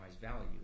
value